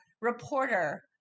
reporter